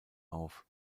auf